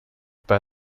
bei